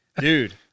dude